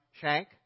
shank